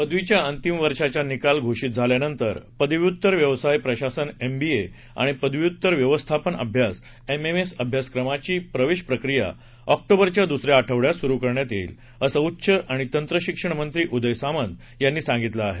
पदवीच्या अंतिम वर्षाचे निकाल घोषित झाल्यानंतर पदव्युत्तर व्यवसाय प्रशासन एमबीए आणि पदव्युत्तर व्यवस्थापन अभ्यास एमएमएस अभ्यासक्रमाची प्रवेश प्रक्रिया ऑक्टोबरच्या दुसऱ्या आठवड्यात सुरू करण्यात येईल असं उच्च आणि तंत्रशिक्षण मंत्री उदय सामंत यांनी सांगितलं आहे